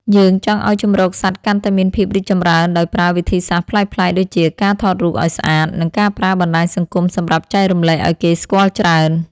យើងចង់ឱ្យជម្រកសត្វកាន់តែមានភាពរីកចម្រើនដោយប្រើវិធីសាស្ត្រប្លែកៗដូចជាការថតរូបឱ្យស្អាត និង ការប្រើបណ្ដាញសង្គមសម្រាប់ចែករំលែកឱ្យគេស្គាល់ច្រើន។